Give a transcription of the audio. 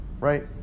right